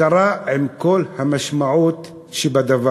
הכרה עם כל המשמעות שבדבר.